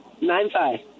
Nine-five